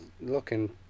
looking